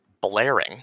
blaring